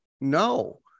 no